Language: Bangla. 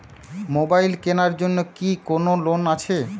মোবাইল কেনার জন্য কি কোন লোন আছে?